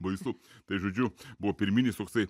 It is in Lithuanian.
baisu tai žodžiu buvo pirminis toksai